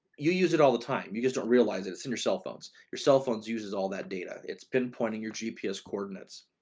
you use it all the time, you just don't realize it. it's in your cell phones, your cell phones uses all that data. it's pinpointing your gps coordinates.